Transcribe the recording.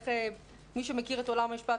מי שמכיר את עולם המשפט,